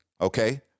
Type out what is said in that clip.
Okay